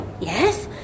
yes